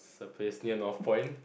the place near Northpoint